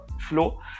Flow